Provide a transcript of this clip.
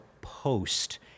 post